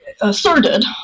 asserted